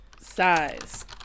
Size